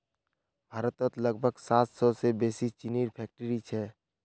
भारतत लगभग सात सौ से बेसि चीनीर फैक्ट्रि छे